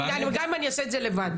גם אם אני אעשה את זה לבד.